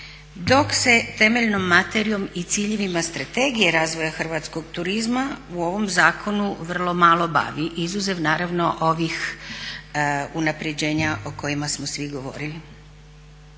Dok se temeljnom materijom i ciljevima Strategije razvoja hrvatskog turizma u ovom zakonu vrlo malo bavi, izuzev naravno ovih unapređenja o kojima smo svi govorili.